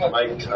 Mike